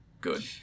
Good